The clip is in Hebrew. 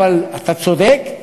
אבל אתה צודק.